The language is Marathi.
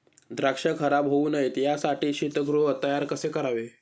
द्राक्ष खराब होऊ नये यासाठी शीतगृह तयार कसे करावे?